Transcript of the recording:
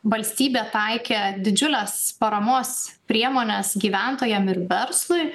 valstybė taikė didžiules paramos priemones gyventojam ir verslui